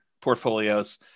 portfolios